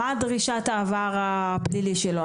מה דרישת העבר הפלילי שלו,